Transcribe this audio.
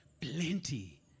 Plenty